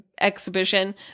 exhibition